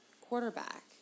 quarterback